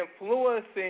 influencing